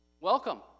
Welcome